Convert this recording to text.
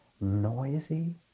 noisy